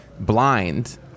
blind